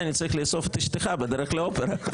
אני צריך לאסוף את אשתך בדרך לאופרה.